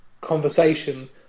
conversation